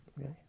okay